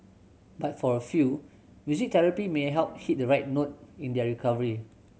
but for a few music therapy may help hit the right note in their recovery